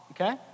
okay